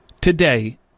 today